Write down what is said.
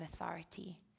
authority